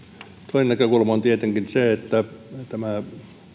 toinen näkökulma on tietenkin se että tämä